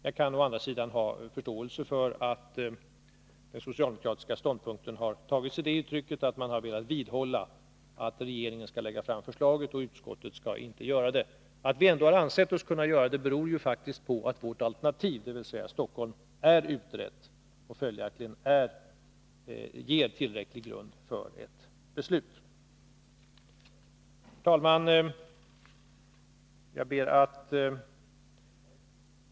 Jag har å andra sidan förståelse för den socialdemokratiska ståndpunkten att regeringen skall lägga fram förslaget och inte utskottet. Att vi ändå har ansett oss kunna göra det beror på att vårt alternativ, dvs. Stockholm, faktiskt är utrett och att det följaktligen finns tillräcklig grund för ett beslut. Herr talman!